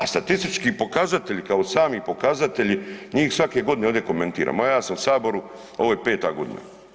A statistički pokazatelji kao sami pokazatelji, njih svake godine ovdje komentiramo, a ja sam u Saboru, ovo je 5. godina.